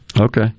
Okay